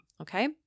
Okay